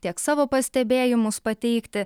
tiek savo pastebėjimus pateikti